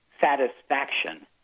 satisfaction